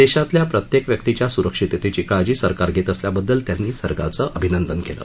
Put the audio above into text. देशातल्या प्रत्येक व्यक्तिच्या स्रक्षिततेची काळजी सरकार घेत असल्याबद्दल त्यांनी सरकारचं अभिनंदन केलं